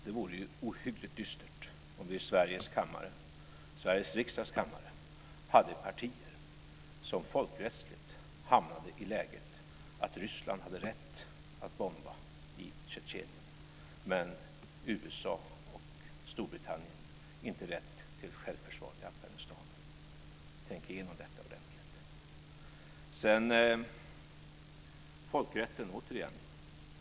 Det vore ju ohyggligt dystert om vi i Sveriges riksdags kammare hade partier som folkrättsligt hamnade i läget att Ryssland hade rätt att bomba i Tjetjenien men att USA och Storbritannien inte hade rätt till självförsvar i Afghanistan. Tänk igenom detta ordentligt! Sedan folkrätten återigen.